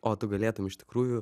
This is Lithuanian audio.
o tu galėtum iš tikrųjų